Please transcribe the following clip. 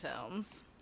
films